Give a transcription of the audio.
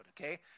okay